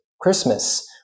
Christmas